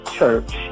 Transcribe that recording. Church